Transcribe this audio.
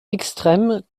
extrêmes